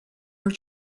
are